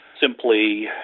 simply